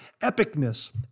epicness